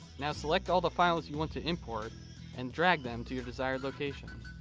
now select all the files you want to import and drag them to your desired location.